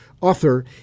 Author